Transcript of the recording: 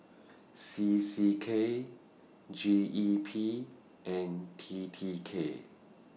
C C K G E P and T T K